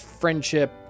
friendship